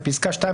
(3)בפסקה (2),